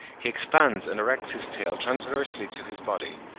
he expands and erects his tail transversely to his body,